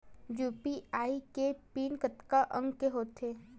UPI के PIN कतका अंक के होथे?